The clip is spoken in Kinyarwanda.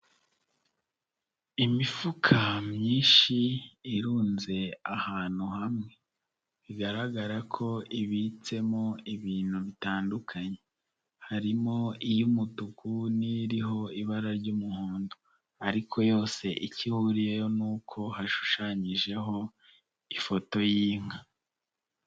Imifuka myinshi irunze ahantu hamwe bigaragara ko ibitsemo ibintu bitandukanye, harimo iy'umutuku niriho ibara ry'umuhondo ariko yose icyo ihuriyeho nuko hashushanyijeho ifoto y'inka.